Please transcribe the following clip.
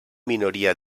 minoria